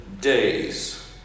days